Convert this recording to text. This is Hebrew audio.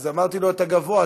ואז אמרתי לו שאתה גבוה,